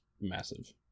massive